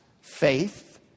Faith